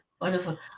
wonderful